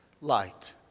light